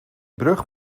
brug